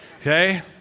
Okay